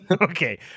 okay